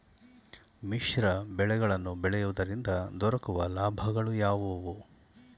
ಮಿಶ್ರ ಬೆಳೆಗಳನ್ನು ಬೆಳೆಯುವುದರಿಂದ ದೊರಕುವ ಲಾಭಗಳು ಯಾವುವು?